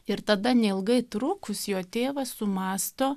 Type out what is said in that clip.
ir tada neilgai trukus jo tėvas sumąsto